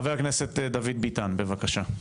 חבר הכנסת דוד ביטן, בבקשה.